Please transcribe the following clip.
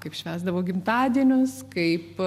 kaip švęsdavo gimtadienius kaip